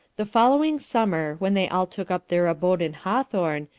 the following summer, when they all took up their abode in hawthorn,